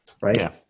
right